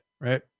right